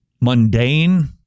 mundane